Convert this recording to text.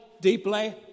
deeply